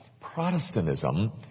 Protestantism